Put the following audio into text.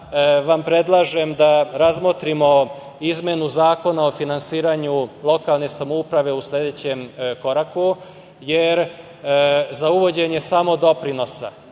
vam predlažem da razmotrimo izmenu Zakona o finansiranju lokalne samouprave u sledećem koraku za uvođenje samodoprinosa.